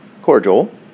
cordial